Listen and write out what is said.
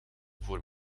voor